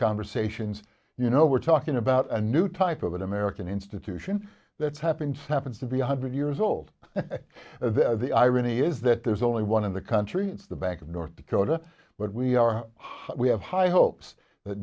conversations you know we're talking about a new type of an american institution that's happened happens to be one hundred years old and the irony is that there's only one in the country the bank of north dakota but we are we have high hopes that